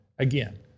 Again